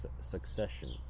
succession